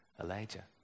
Elijah